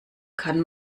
kann